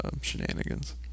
shenanigans